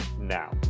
now